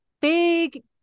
big